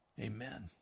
Amen